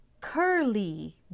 curly